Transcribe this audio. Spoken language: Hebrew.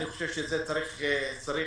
אני חושב שזה צריך לחול